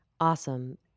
Awesome